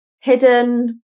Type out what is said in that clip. hidden